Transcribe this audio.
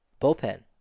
bullpen